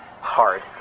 hard